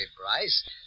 Bryce